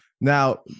Now